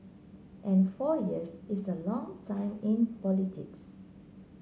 and four years is a long time in politics